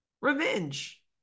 revenge